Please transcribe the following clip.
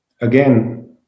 Again